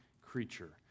creature